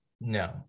no